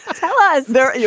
tell us there.